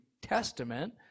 Testament